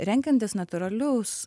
renkantis natūralius